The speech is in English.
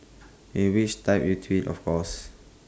in which typed in twit of course